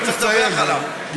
אתה צריך לדווח עליו.